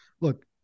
look